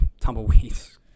tumbleweeds